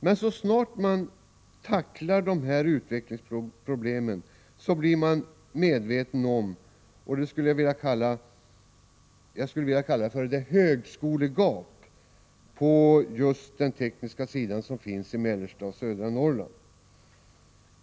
Men så snart man angriper dessa utvecklingsproblem blir man medveten om vad jag skulle vilja kalla det högskolegap på det tekniska området som finns i mellersta och södra Norrland.